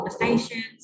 conversations